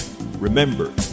Remember